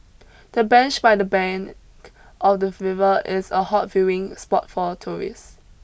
the bench by the bank of the river is a hot viewing spot for tourists